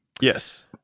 Yes